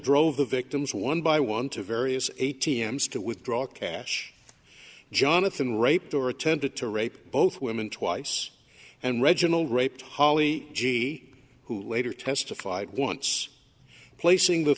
drove the victims one by one to various a t m s to withdraw cash jonathan raped or attended to rape both women twice and reginald raped holly g who later testified once placing the